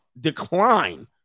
decline